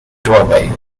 doorway